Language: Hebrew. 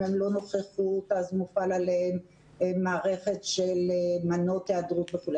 אם הם לא נכחו אז מופעלת עליהם מערכת של מנות היעדרות וכולי.